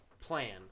plan